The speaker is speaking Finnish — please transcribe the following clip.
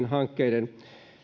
hankkeiden